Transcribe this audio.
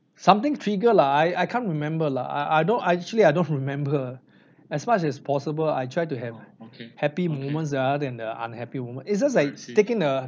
something trigger lah I I can't remember lah I I don't I actually I don't remember as much as possible I try to have happy moments ah than the unhappy moment it's just like taking a